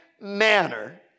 manner